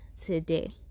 today